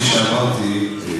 כפי שאמרתי,